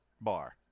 bar